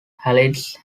halides